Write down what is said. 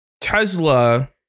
Tesla